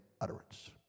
utterance